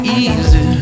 easy